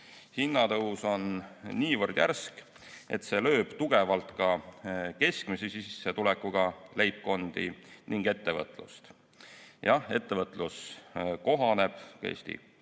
Hinnatõus on niivõrd järsk, et see lööb tugevalt ka keskmise sissetulekuga leibkondi ning ettevõtlust. Jah, ettevõtlus kohaneb, Eesti